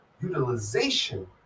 utilization